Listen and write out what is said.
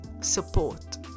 support